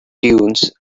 dunes